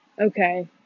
Okay